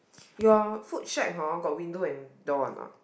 your Foodshed hor got window and door a not